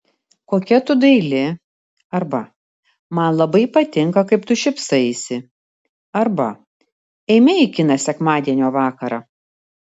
kokia tu daili arba man labai patinka kaip tu šypsaisi arba eime į kiną sekmadienio vakarą